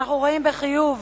רואים בחיוב